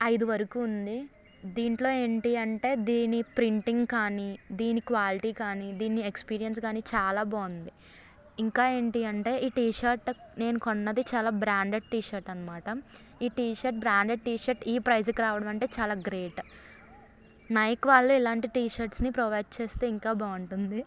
ఐదు వరకు ఉంది దీంట్లో ఏంటి అంటే దీని ప్రింటింగ్ కానీ దీని క్వాలిటీ కాని దీని ఎక్స్పీరియన్స్ కానీ చాలా బాగుంది ఇంకా ఏంటి అంటే ఈ టీషర్ట్ నేను కొన్నది చాలా బ్రాండెడ్ టీషర్ట్ అన్నమాట ఈ టీషర్ట్ బ్రాండెడ్ టీషర్ట్ ఈ ప్రైస్కి రావడం అంటే చాలా గ్రేట్ నైక్ వాళ్ళు ఇలాంటి టీషర్ట్స్ని ప్రొవైడ్ చేస్తే ఇంకా బాగుంటుంది